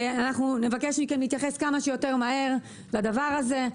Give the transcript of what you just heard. נבקש מכם להתייחס כמה שיותר מהר לדבר הזה.